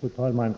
Fru talman!